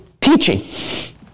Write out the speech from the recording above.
teaching